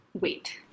wait